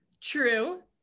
True